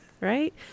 Right